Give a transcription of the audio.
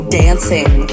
dancing